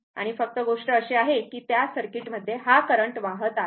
आणि फक्त गोष्ट अशी आहे की त्या सर्किट मध्ये हा करंट वाहत आहे